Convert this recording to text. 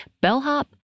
bellhop